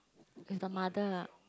with the mother ah